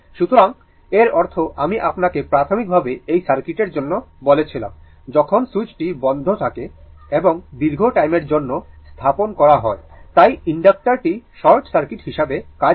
সুতরাং এর অর্থ আমি আপনাকে প্রাথমিকভাবে এই সার্কিটের জন্য বলেছিলাম যখন সুইচটি বন্ধ থাকে এবং দীর্ঘ টাইমের জন্য স্থাপন করা হয় তাই ইনডাক্টরটি শর্ট সার্কিট হিসাবে কাজ করে